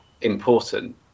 important